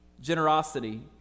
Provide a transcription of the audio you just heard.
generosity